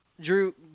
Drew